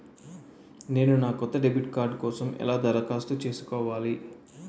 నేను నా కొత్త డెబిట్ కార్డ్ కోసం ఎలా దరఖాస్తు చేసుకోవాలి?